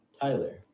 Tyler